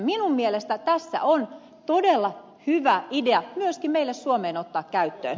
minun mielestäni tässä on todella hyvä idea myöskin meille suomeen ottaa käyttöön